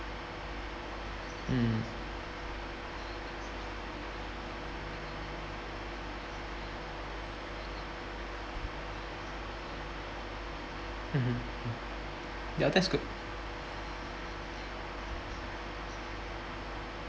mm mmhmm ya that's good